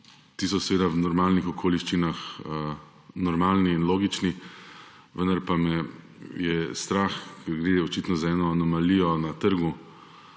ti so seveda v normalnih okoliščinah normalni in logični. Vendar pa me je strah – ker gre očitno za eno anomalijo na trgu